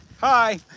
Hi